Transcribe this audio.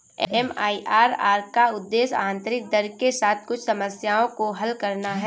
MIRR का उद्देश्य आंतरिक दर के साथ कुछ समस्याओं को हल करना है